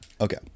Okay